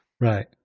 Right